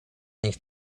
nich